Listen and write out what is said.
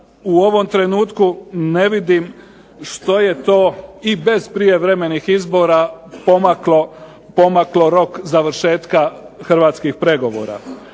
u ovom trenutku ne vidim što je to i bez prijevremenih izbora pomaklo rok završetka hrvatskih pregovora.